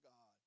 God